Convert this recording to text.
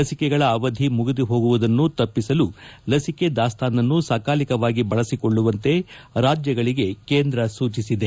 ಲಸಿಕೆಗಳ ಅವಧಿ ಮುಗಿದು ಹೋಗುವುದನ್ನು ತಪ್ಪಸಲು ಲಸಿಕೆ ದಾಸ್ತಾನು ಸಕಾಲಿಕವಾಗಿ ಬಳಸಿಕೊಳ್ಳುವಂತೆ ರಾಜ್ವಗಳಿಗೆ ಕೇಂದ್ರ ಸೂಚಿಸಿದೆ